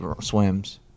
swims